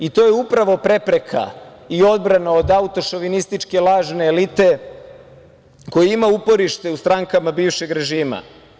I to je upravo prepreka i odbrana od autošovinističke lažne elite koja ima uporište u strankama bivšeg režima.